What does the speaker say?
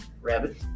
rabbit